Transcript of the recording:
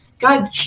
God